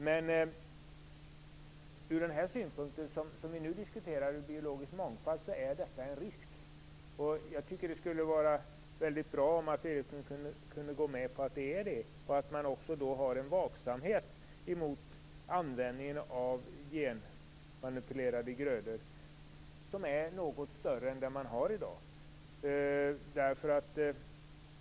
Från den synpunkt som vi nu diskuterar, med biologisk mångfald, är detta en risk. Det skulle vara väldigt bra om Alf Eriksson kunde gå med på att det är en risk och säga att man skall ha en något större vaksamhet mot användningen av genmanipulerade grödor än vad man har i dag.